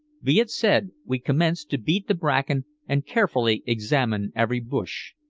be it said we commenced to beat the bracken and carefully examine every bush.